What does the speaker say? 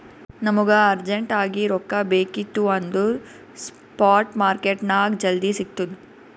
ನಮುಗ ಅರ್ಜೆಂಟ್ ಆಗಿ ರೊಕ್ಕಾ ಬೇಕಿತ್ತು ಅಂದುರ್ ಸ್ಪಾಟ್ ಮಾರ್ಕೆಟ್ನಾಗ್ ಜಲ್ದಿ ಸಿಕ್ತುದ್